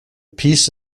peace